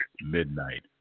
midnight